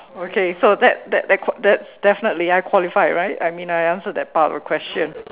okay so that that that que~ that's definitely I qualified right I mean I answered that part of the question